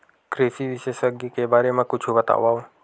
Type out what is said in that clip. कृषि विशेषज्ञ के बारे मा कुछु बतावव?